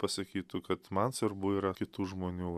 pasakytų kad man svarbu yra kitų žmonių